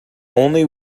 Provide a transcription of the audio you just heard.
only